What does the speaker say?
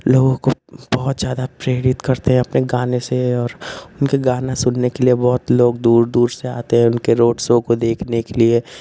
लोगों को बहुत ज़्यादा प्रेरित करते हैं अपने गानों से और उनके गाना सुनने के लिए बहुत लोग दूर दूर से आते हैं उनके रोड सो को देखने के लिए